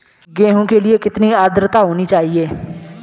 गेहूँ के लिए कितनी आद्रता होनी चाहिए?